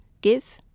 give